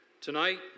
Tonight